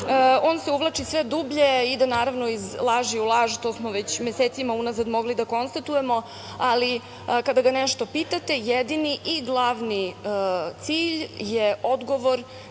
on se uvlači sve dublje, ide iz laži u laž, i to smo već mesecima unazad mogli da konstatujemo, ali kada ga nešto pitate, jedini i glavni cilj je odgovor